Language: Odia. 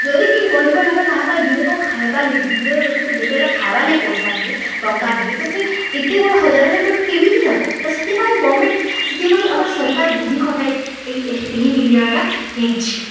ଯଦି କି ଗରିବ ଲୋକ ତାହା ପାଇଁ ଦିନେକ ଖାଇବା ଦିନେ ଗୋଟେ ବେରା ଖାଇବା ଲାଗି ପଇସା ନାହିଁ ଟଙ୍କା ନାହିଁ ତ ସେ ଏତେ ବଡ଼ ହଜାର ହଜାର ଟଙ୍କା କେମିତି ଦବ ତ ସେଥିପାଇଁ ଗଭର୍ନମେଣ୍ଟ ସେଥିପାଇଁ ଆମର ସରକାର ବୃଦ୍ଧି କଟା ଏହି ଏହି ନିର୍ଣ୍ଣୟଟା ନେଇଛି